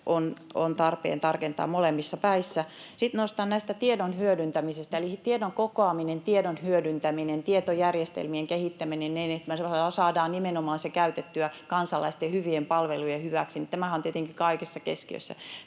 on tarpeen tarkentaa molemmissa päissä. Sitten nostan näistä tiedon hyödyntämisistä tämän: tiedon kokoaminen, tiedon hyödyntäminen, tietojärjestelmien kehittäminen niin, että me saadaan se käytettyä nimenomaan kansalaisten hyvien palvelujen hyväksi, on tietenkin kaikessa keskiössä.